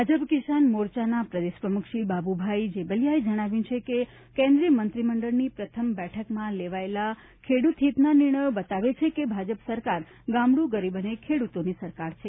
ભાજપા કિસાન મોરચાના પ્રદેશ પ્રમુખ શ્રી બાબુભાઈ જેબલીયાએ જણાવ્યું છે કે કેન્દ્રીય મંત્રીમંડળની પ્રથમ બેઠકમાં લેવાયેલા ખેડૂત હિતના નિર્ણયો બતાવે છે કે ભાજપ સરકાર ગામડું ગરીબ અને ખેડૂતોની સરકાર છે